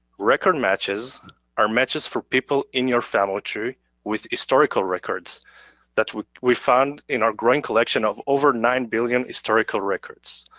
record matches are matches for people in your family tree with historical records that we we found in our growing collection of over nine billion historical records.